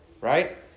right